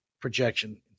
projection